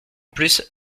plus